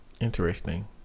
Interesting